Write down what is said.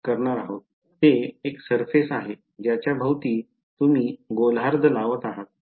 ते एक surface आहे ज्याच्या भवती तुम्ही गोलार्ध लावत आहात